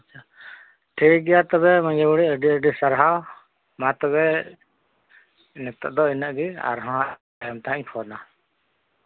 ᱴᱷᱤᱠ ᱜᱮᱭᱟ ᱛᱚᱵᱮ ᱢᱟᱹᱡᱷᱤ ᱵᱩᱲᱦᱤ ᱟᱹᱰᱤ ᱟᱹᱰᱤ ᱥᱟᱨᱦᱟᱣ ᱢᱟ ᱛᱚᱵᱮ ᱱᱤᱛᱚᱜ ᱫᱚ ᱤᱱᱟᱹᱜ ᱜᱮ ᱟᱨᱦᱚᱸ ᱛᱟᱭᱚᱢ ᱛᱮᱦᱟᱸᱜ ᱤᱧ ᱯᱷᱳᱱᱟ